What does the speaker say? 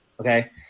okay